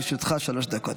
לרשותך שלוש דקות.